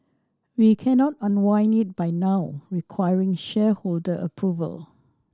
we cannot unwind it by now requiring shareholder approval